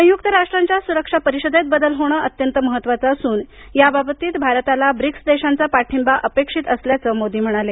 संयुक्त राष्ट्रांच्या सुरक्षा परिषदेत बदल होणे अत्यंत महत्त्वाचे असून याबाबतीत भारताला ब्रिक्स देशांचा पाठिंबा अपेक्षित असल्याचं मोदी म्हणाले